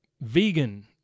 Vegan